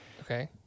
Okay